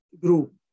group